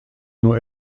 nur